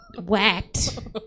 whacked